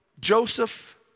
Joseph